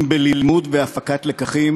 אם בלימוד והפקת לקחים,